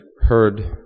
heard